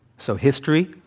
so, history,